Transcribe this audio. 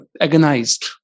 agonized